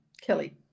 Kelly